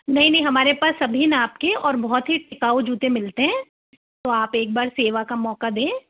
नहीं नहीं हमारे पास सभी नाप के और बहुत ही टिकाऊ जूते मिलते हैं तो आप एक बार सेवा का मौका दें